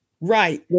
right